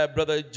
Brother